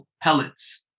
pellets